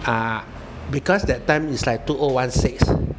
ah because that time is like two O one six